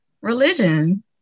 Religion